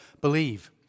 believe